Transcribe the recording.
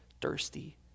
thirsty